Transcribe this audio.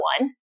one